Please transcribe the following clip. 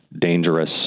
dangerous